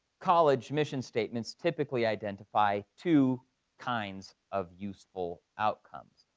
college mission statements typically identify two kinds of useful outcomes.